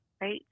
right